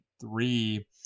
three